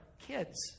kids